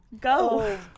Go